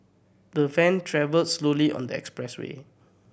the van travelled slowly on the expressway